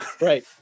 right